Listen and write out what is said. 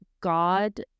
God